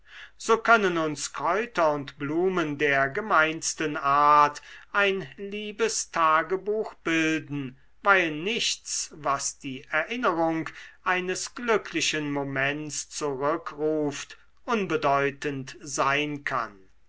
so können uns kräuter und blumen der gemeinsten art ein liebes tagebuch bilden weil nichts was die erinnerung eines glücklichen moments zurückruft unbedeutend sein kann